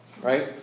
right